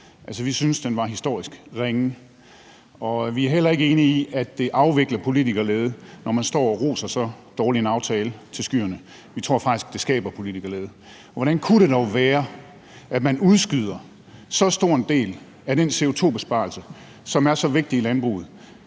altså, vi synes, den var historisk ringe. Og vi er heller ikke enige i, at det afvikler politikerlede, når man står og roser så dårlig en aftale til skyerne. Vi tror faktisk, at det skaber politikerlede. Hvordan kan det dog være, at man udskyder så stor en del af den CO2-besparelse, som er så vigtig i landbruget,